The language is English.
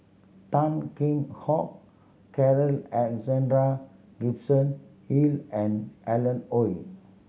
Tan Kheam Hock Carl Alexander Gibson Hill and Alan Oei